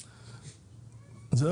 לא?